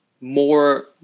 more